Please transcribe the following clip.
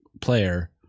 player